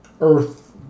Earth